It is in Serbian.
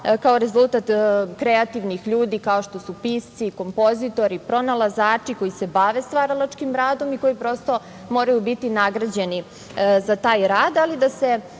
kao rezultat kreativnih ljudi kao što su pisci, kompozitori, pronalazači, koji se bave stvaralačkim radom i koji prosto moraju biti nadređeni za taj rad, ali da se